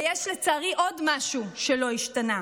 ויש לצערי עוד משהו שלא השתנה: